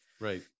Right